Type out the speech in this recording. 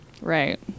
Right